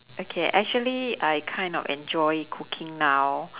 okay actually I kind of enjoy cooking now